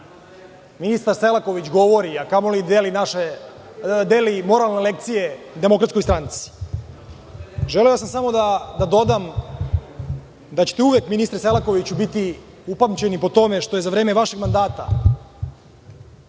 ministar Selaković govori, a kamoli da deli moralne lekcije DS.Želeo sam samo da dodam da ćete uvek, ministre Selakoviću, biti upamćeni po tome što je za vreme vašeg mandata